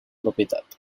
propietat